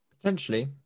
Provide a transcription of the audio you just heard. potentially